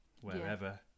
wherever